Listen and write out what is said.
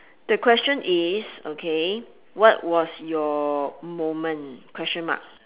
the question is okay what was your moment question mark